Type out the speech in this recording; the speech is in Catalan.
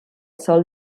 sòl